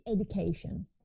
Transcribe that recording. education